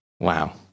Wow